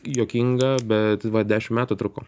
juokinga bet va dešim metų truko